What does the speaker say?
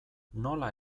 nola